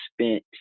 spent